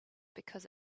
because